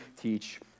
teach